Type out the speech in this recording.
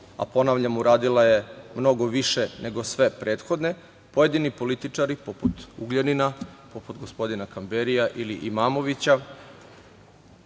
a ponavljam, uradila je mnogo više nego sve prethodne, pojedini političari, poput Ugljanina, poput gospodina Kamberija ili Imamovića